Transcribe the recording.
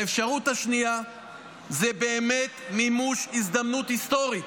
האפשרות השנייה היא באמת מימוש הזדמנות היסטורית.